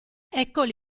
eccoli